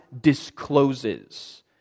discloses